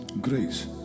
grace